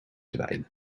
dweilen